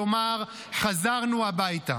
לומר: חזרנו הביתה.